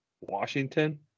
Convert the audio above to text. Washington